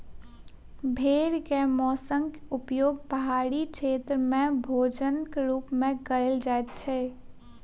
भेड़ के मौंसक उपयोग पहाड़ी क्षेत्र में भोजनक रूप में कयल जाइत अछि